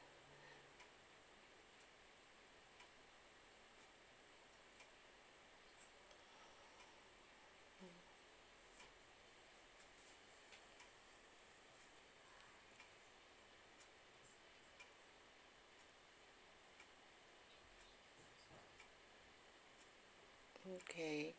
okay